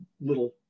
little